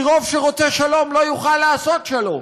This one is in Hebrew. כי רוב שרוצה שלום לא יוכל לעשות שלום,